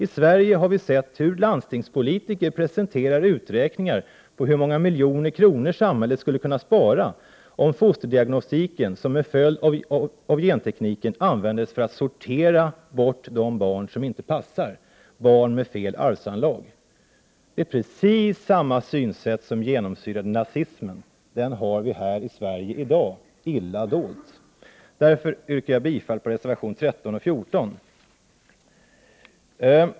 I Sverige har vi sett hur landstingspolitiker presenterar uträkningar på hur många miljoner kronor samhället skulle kunna spara, om fosterdiagnostiken som en följd av gentekniken användes för att sortera bort de barn som inte passar, dvs. barn med fel arvsanlag. Precis samma synsätt som genomsyrade nazismen har vi illa dolt i dagens Sverige. Därför yrkar jag bifall till reservationerna 13 och 14.